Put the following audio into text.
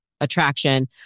attraction